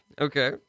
Okay